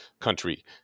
country